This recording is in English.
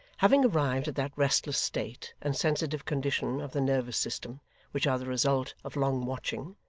having arrived at that restless state and sensitive condition of the nervous system which are the result of long watching,